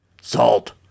Salt